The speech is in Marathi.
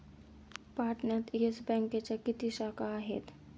पाटण्यात येस बँकेच्या किती शाखा आहेत?